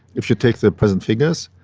if you take the present figures,